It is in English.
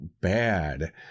bad